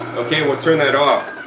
okay, we'll turn that off.